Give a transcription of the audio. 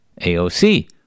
AOC